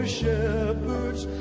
shepherds